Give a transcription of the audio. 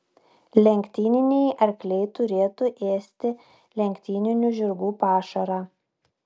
lenktyniniai arkliai turėtų ėsti lenktyninių žirgų pašarą